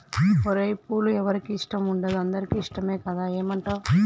ఓరై పూలు ఎవరికి ఇష్టం ఉండదు అందరికీ ఇష్టమే కదా ఏమంటావ్